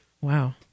Wow